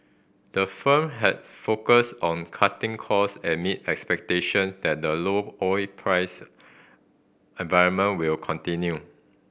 the firm has focused on cutting cost amid expectations that the low oil price environment will continue